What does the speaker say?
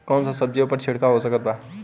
कौन सा सब्जियों पर छिड़काव हो सकत बा?